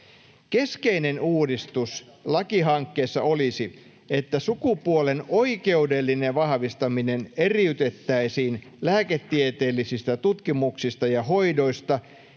Keskeinen uudistus lakihankkeessa olisi, että sukupuolen oikeudellinen vahvistaminen eriytettäisiin lääketieteellisistä tutkimuksista ja hoidoista